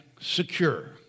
secure